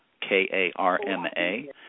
K-A-R-M-A